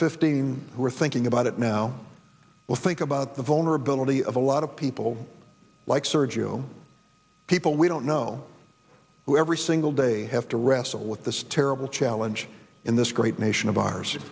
fifteen who are thinking about it now will think about the vulnerability of a lot of people like sergio people we don't know who every single day have to wrestle with this terrible challenge in this great nation of ours